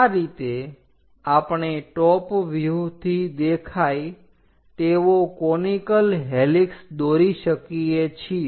આ રીતે આપણે ટોપ વ્યુહ થી દેખાય તેવો કોનીકલ હેલિક્ષ દોરી શકીએ છીએ